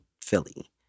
Philly